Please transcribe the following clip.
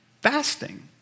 fasting